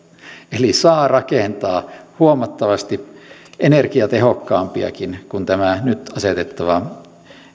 eli saa rakentaa huomattavasti energiatehokkaampiakin kuin tämä nyt asetettava